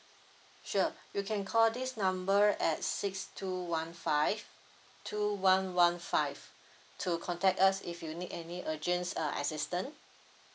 sure you can call this number at six two one five two one one five to contact us if you need any agents uh assistant